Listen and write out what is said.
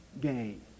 gain